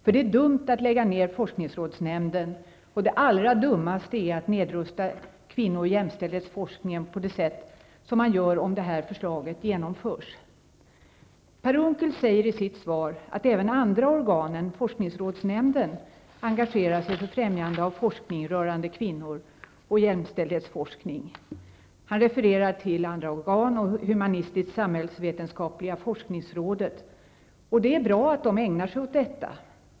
För det är dumt att lägga ner forskningsrådsnämnden, och det allra dummaste är att nedrusta kvinno och jämställdhetsforskningen på det sätt som man gör om det här förslaget genomförs. Per Unckel säger i sitt svar att även andra organ än forskningsrådsnämnden engagerar sig för främjande av forskning rörande kvinnor och jämställdhet. Han refererar till andra organ, bl.a. humanistisksamhällsvetenskapliga forskningsrådet. Det är bra att de ägnar sig åt detta.